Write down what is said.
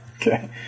Okay